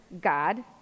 God